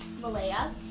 Malaya